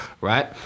right